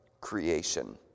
creation